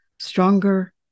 stronger